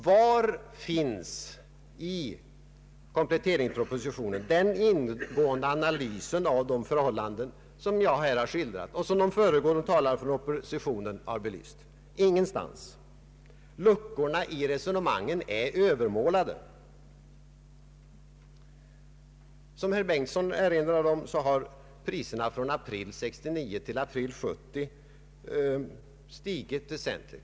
Var finns i kompletteringspropositionen den ingående analys av de förhållanden som Ang. den ekonomiska politiken, m.m. jag här skildrat och som föregående talare från oppositionen har belyst? Ingenstans! Luckorna i resonemangen är övermålade. Som herr Bengtson erinrade om, har priserna från april 1969 till april 1970 stigit väsenligt.